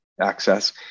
access